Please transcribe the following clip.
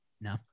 No